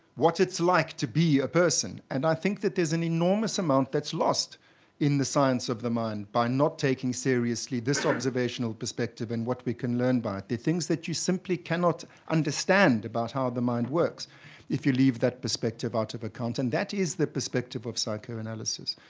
like to be a person, and i think that there's an enormous amount that's lost in the science of the mind by not taking seriously this observational perspective and what we can learn by it. the things that you simply cannot understand about how the mind works if you leave that perspective out of account, and that is the perspective of psychoanalysis.